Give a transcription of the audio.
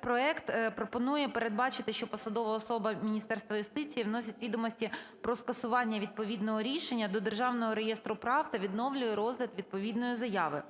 проект пропонує передбачити, що посадова особа Міністерства юстиції вносить відомості про скасування відповідного рішення до Державного реєстру прав та відновлює розгляд відповідної заяви.